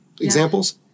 examples